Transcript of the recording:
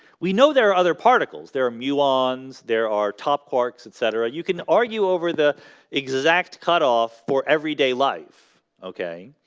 we know there are other particles. there are muons. there are top quarks etc you can argue over the exact cutoff for everyday life, okay?